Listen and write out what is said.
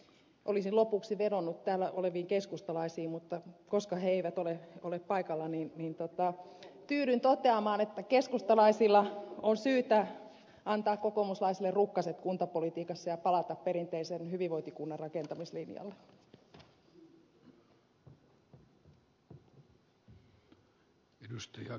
olisin lopuksi vedonnut täällä oleviin keskustalaisiin mutta koska heitä ei ole paikalla tyydyn toteamaan että keskustalaisilla on syytä antaa kokoomuslaisille rukkaset kuntapolitiikassa ja palata perinteisen hyvinvointiyhteiskunnan rakentamislinjalle